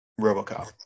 RoboCop